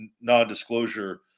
non-disclosure